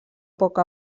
poc